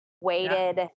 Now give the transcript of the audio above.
weighted